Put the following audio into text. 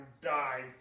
died